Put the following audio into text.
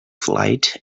flight